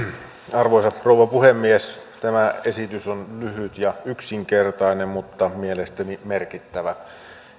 arvoisa rouva puhemies tämä esitys on lyhyt ja yksinkertainen mutta mielestäni merkittävä